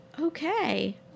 Okay